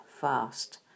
fast